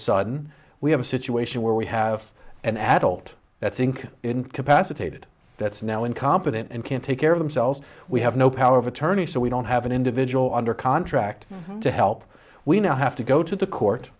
sudden we have a situation where we have an adult that think incapacitated that's now incompetent and can't take care of themselves we have no power of attorney so we don't have an individual under contract to help we now have to go to the court